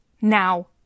Now